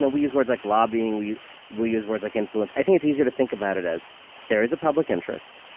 ah we use words like lobbying, we we use words like influence. i think it's easier to think about it as there is a public interest.